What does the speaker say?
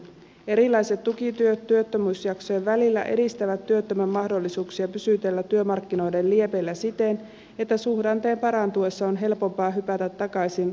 erilaiset tukityöt työttömyysjaksojen välillä edistävät työttömän mahdollisuuksia pysytellä työmarkkinoiden liepeillä siten että suhdanteen parantuessa on helpompaa hypätä takaisin vapaille työmarkkinoille